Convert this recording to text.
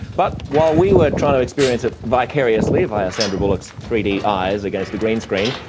but while we were trying to experience it vicariously via sandra bullock's three d eyes against the green screen,